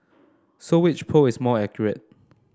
so which poll is more accurate